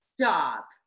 Stop